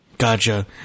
gotcha